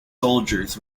soldiers